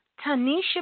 Tanisha